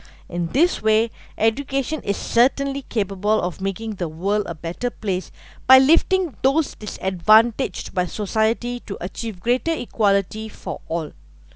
in this way education is certainly capable of making the world a better place by lifting those disadvantaged by society to achieve greater equality for all